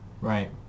Right